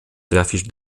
trafisz